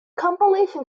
compilation